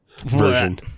version